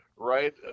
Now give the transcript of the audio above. Right